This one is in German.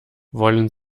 wollen